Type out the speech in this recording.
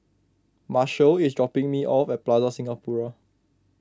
Marshal is dropping me off at Plaza Singapura